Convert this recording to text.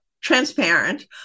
transparent